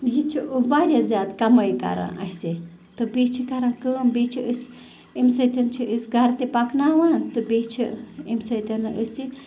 یہِ چھِ واریاہ زیادٕ کمٲے کَران اَسہِ تہٕ بیٚیہِ چھِ کَران کٲم بیٚیہِ چھِ أسۍ امہِ سۭتۍ چھِ أسۍ گَرٕ تہِ پَکناوان تہٕ بیٚیہِ چھِ امہِ سۭتۍ أسۍ یہِ